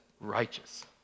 righteous